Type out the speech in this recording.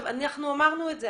אנחנו אמרנו את זה.